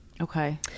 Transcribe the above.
Okay